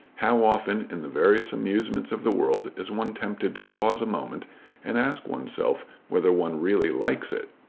how often in the various amusements of the world is one tempted to pause a moment and ask oneself whether one really likes it!